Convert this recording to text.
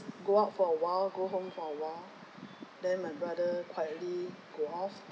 go out for a while go home for a while then my brother quietly go off